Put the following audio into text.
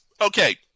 okay